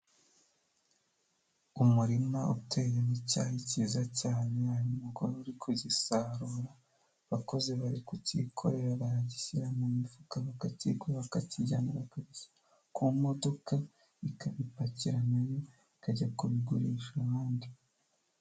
Umurima uteyemo icyayi cyiza cyane hanyuma umugore uri kugisarura abakozi bari kukikorera bakagishyira mu mifuka bakakikorera bakakijyana bakajya ku modoka ikabipakira nayo ikajya kubigurisha ahandi.